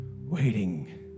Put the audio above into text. waiting